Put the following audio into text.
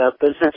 business